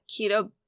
Keto